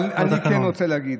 אבל אני כן רוצה להגיד: